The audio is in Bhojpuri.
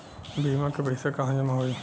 बीमा क पैसा कहाँ जमा होई?